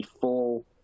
full